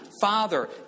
father